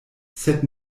sed